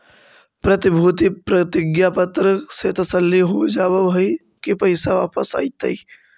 प्रतिभूति प्रतिज्ञा पत्र से तसल्ली हो जावअ हई की पैसा वापस अइतइ